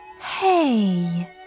Hey